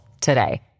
today